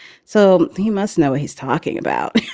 so he must know he's talking about